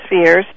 spheres